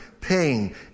pain